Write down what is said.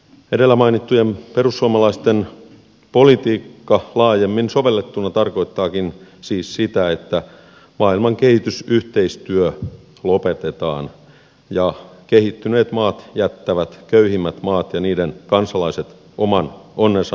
edellä mainittujen perussuomalaisten politiikka laajemmin sovellettuna tarkoittaakin siis sitä että maailman kehitysyhteistyö lopetetaan ja kehittyneet maat jättävät köyhimmät maat ja niiden kansalaiset oman onnensa nojaan